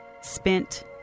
spent